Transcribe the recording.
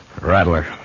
Rattler